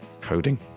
coding